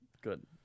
Good